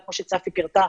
כמו שצפי פירטה,